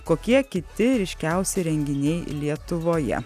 kokie kiti ryškiausi renginiai lietuvoje